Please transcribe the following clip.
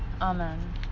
Amen